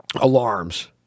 alarms